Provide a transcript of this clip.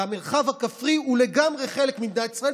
המרחב הכפרי הוא לגמרי חלק ממדינת ישראל,